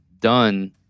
done